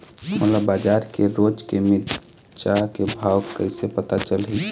मोला बजार के रोज के मिरचा के भाव कइसे पता चलही?